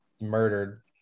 murdered